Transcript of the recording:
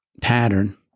pattern